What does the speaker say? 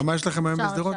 כמה יש לכם היום בשדרות?